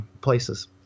places